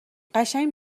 قشنگ